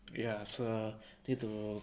ya so ya lor need to